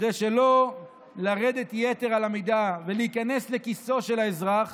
כדי שלא לרדת יתר על המידה ולהיכנס לכיסו של האזרח